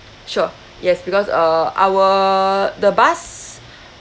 sure yes because uh our the bus